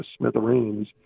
smithereens